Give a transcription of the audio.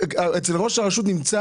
בגלל שהחינוך החרדי אצל ראש הרשות נמצא